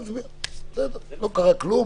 והאם הוא עומד במדדי ההצלחה או מדובר בכישלון.